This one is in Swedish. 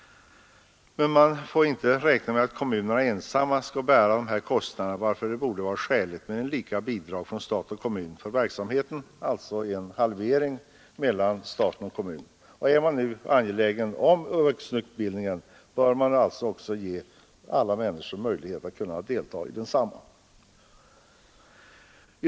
Man får emellertid inte räkna med att kommunerna ensamma skall bära kostnaderna, varför det borde vara skäligt med lika bidrag från stat och kommun =— alltså en halvering. Är man angelägen om vuxenutbildningen, bör man också ge alla människor möjlighet att delta i densamma.